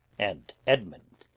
and edmund.